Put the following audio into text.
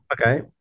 okay